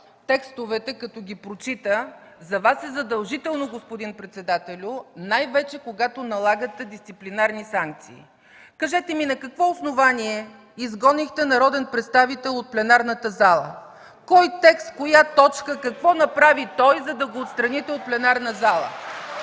текстовете, като ги прочита, за Вас е задължително, господин председателю, най-вече когато налагате дисциплинарни санкции. Кажете ми на какво основание изгонихте народен представител от пленарната зала? Кой текст, коя точка, какво направи той, за да го отстраните от пленарната зала?!